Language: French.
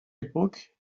époque